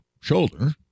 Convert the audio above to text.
shoulder